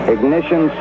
Ignition